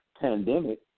pandemic